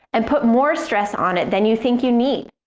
and put more stress on it than you think you need.